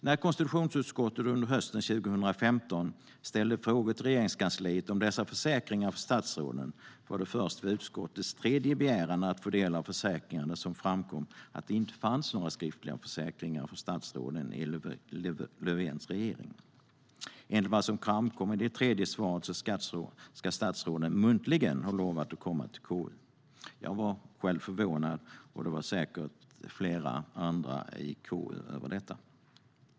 När konstitutionsutskottet under hösten 2015 ställde frågor till Regeringskansliet om dessa försäkringar från statsråden var det först vid utskottets tredje begäran att få del av försäkringarna som det framkom att det inte fanns några skriftliga försäkringar från statsråden i Löfvens regering. Enligt vad som framkom i det tredje svaret ska statsråden muntligen ha lovat att komma till KU. Jag var förvånad över detta, och det var säkert även flera andra i KU.